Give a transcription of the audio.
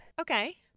Okay